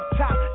top